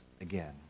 again